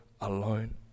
alone